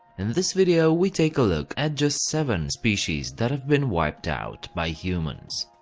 in this video, we take a look at just seven species that've been wiped out by humans.